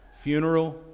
funeral